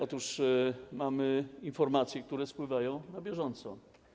Otóż mamy informacje, które spływają na bieżąco.